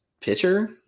pitcher